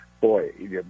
Boy